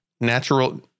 natural